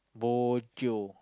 bo jio